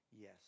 yes